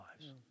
lives